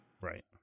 right